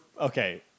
Okay